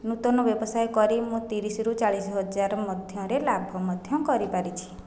ନୂତନ ବ୍ୟବସାୟ କରି ମୁଁ ତିରିଶରୁ ଚାଳିଶହଜାର ମଧ୍ୟରେ ଲାଭ ମଧ୍ୟ କରିପାରିଛି